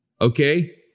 Okay